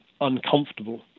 uncomfortable